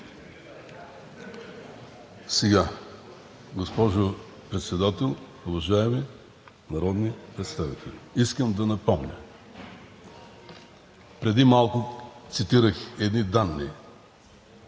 Госпожо Председател, уважаеми народни представители! Искам да напомня: преди малко цитирах едни данни